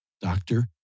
doctor